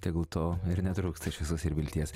tegul to ir netrūksta šviesos ir vilties